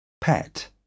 pet